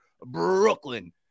Brooklyn